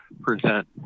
present